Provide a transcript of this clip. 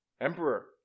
Emperor